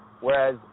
whereas